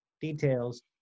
details